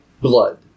blood